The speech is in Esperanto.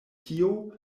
tio